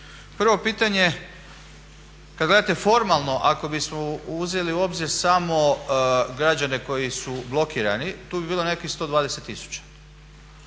prvo pitanje, kad gledate formalno ako bismo uzeli u obzir samo građane koji su blokirani tu bi bilo nekakvih 120